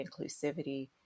inclusivity